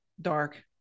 dark